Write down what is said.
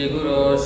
Guru